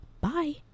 bye